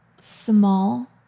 small